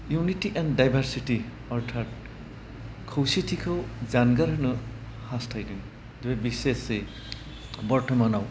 unity in diversity अरथार्द खौसेथिखौ जानगार होनो हास्थाइदों दा बिसेसयै बर्ट्टमानाव